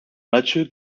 mathieu